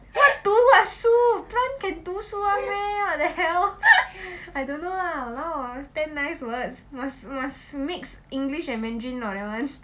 what 读 what 书 plant can 读书 [one] meh !waliao! I don't know lah !walao! ten nice words must must mix english and mandarin or not that one